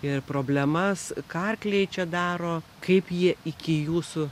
ir problemas ką arkliai čia daro kaip jie iki jūsų